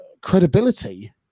credibility